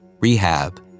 rehab